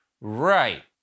Right